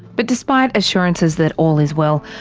but despite assurances that all is well,